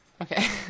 Okay